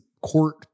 court